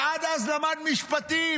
ועד אז למד משפטים,